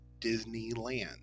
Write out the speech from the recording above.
Disneyland